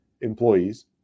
employees